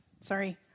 Sorry